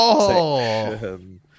Section